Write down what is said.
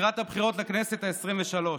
לקראת הבחירות לכנסת העשרים-ושלוש.